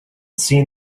seen